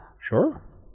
Sure